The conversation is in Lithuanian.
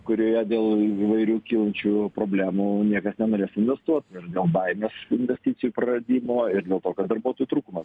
kurioje dėl įvairių kylančių problemų niekas nenorės investuot ir dėl baimės šių investicijų praradimo ir dėl to kad darbuotojų trūkumas